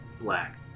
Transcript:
black